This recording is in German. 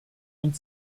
und